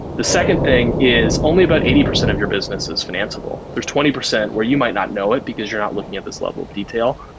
the second thing is only about eighty percent of your business if financeable. there's twenty percent where you might not know it, because you're not looking at this level of detail.